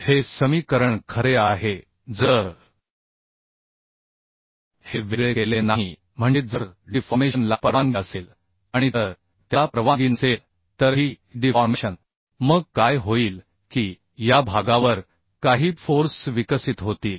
हे समीकरण खरे आहे जर हे वेगळे केलेले नाही म्हणजे जर डिफॉर्मेशन ला परवानगी असेल आणि तर त्याला परवानगी नसेल तर ही डिफॉर्मेशन मग काय होईल की या भागावर काही फोर्स विकसित होतील